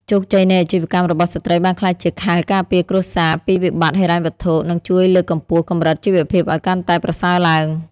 ជោគជ័យនៃអាជីវកម្មរបស់ស្ត្រីបានក្លាយជាខែលការពារគ្រួសារពីវិបត្តិហិរញ្ញវត្ថុ និងជួយលើកកម្ពស់កម្រិតជីវភាពឱ្យកាន់តែប្រសើរឡើង។